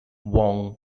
wong